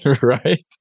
right